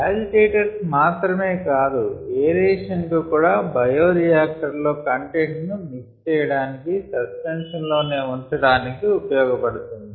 agitators మాత్రమే కాదు aeration కూడా బయోరియాక్టర్ లో కంటెంట్ ను మిక్స్ చేయడానికి సస్పెన్షన్ లోనే ఉంచడానికి ఉపయోగపడుతుంది